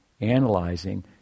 analyzing